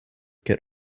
get